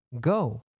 Go